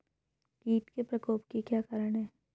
कीट के प्रकोप के क्या कारण हैं?